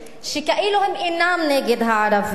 שכאילו הם אינם נגד הערבים.